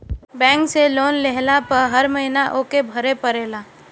bank से loan लेहला पअ हर महिना ओके भरे के पड़ेला